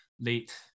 late